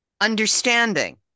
Understanding